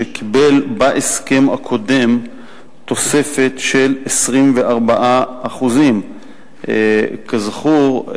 שקיבל בהסכם הקודם תוספת של 24%. כזכור,